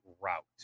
route